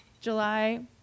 July